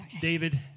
David